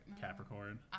Capricorn